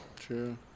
true